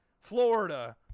Florida